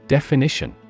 Definition